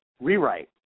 rewrite